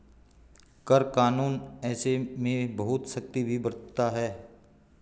कर कानून ऐसे में बहुत सख्ती भी बरतता है